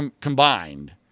combined